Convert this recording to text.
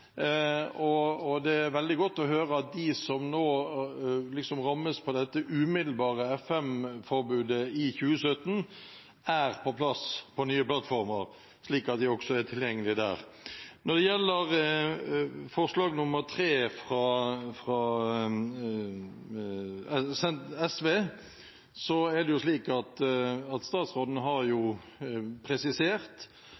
det flyttes. Det er veldig godt å høre at de som rammes av dette umiddelbare FM-forbudet i 2017, er på plass på nye plattformer, slik at de også er tilgjengelige der. Når det gjelder forslag nr. 3, fra SV, er det slik at statsråden har presisert